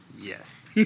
Yes